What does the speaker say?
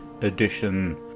edition